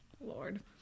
Lord